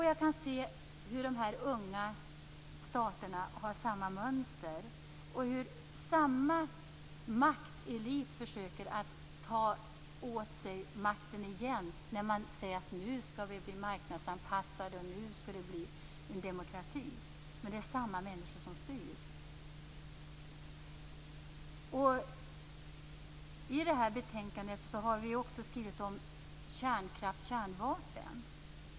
Jag kan se hur de unga staterna har samma mönster. Samma maktelit försöker att ta åt sig makten genom att säga att de har blivit marknadsanpassade. Nu skall det bli demokrati. Men det är samma människor som styr. I betänkandet finns det skrivningar om kärnkraft och kärnvapen.